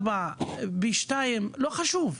א.4, ב.2, לא חשוב.